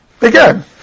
again